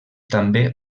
també